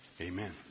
Amen